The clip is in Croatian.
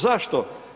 Zašto?